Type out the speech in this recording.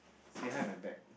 is behind my back